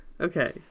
okay